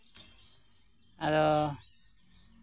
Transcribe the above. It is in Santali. ᱟᱫᱚ